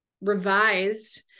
revised